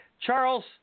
Charles